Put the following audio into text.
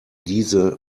diese